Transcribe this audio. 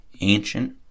ancient